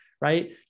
right